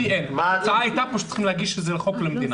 ההצעה הייתה שצריך להגיש את הצעת החוק למדינה,